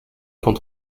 quand